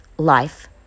life